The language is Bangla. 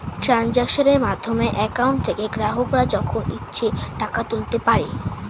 ট্রানজাক্শনের মাধ্যমে অ্যাকাউন্ট থেকে গ্রাহকরা যখন ইচ্ছে টাকা তুলতে পারে